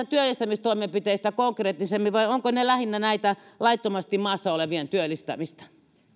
työllistämistoimenpiteistä konkreettisemmin vai ovatko ne lähinnä laittomasti maassa olevien työllistämistä